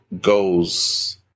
goes